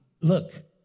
look